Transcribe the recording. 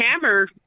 hammer